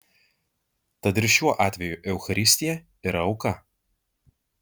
tad ir šiuo atveju eucharistija yra auka